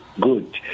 good